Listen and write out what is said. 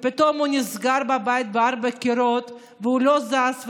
פתאום הוא נסגר בבית בין ארבעה קירות והוא לא זז,